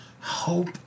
hope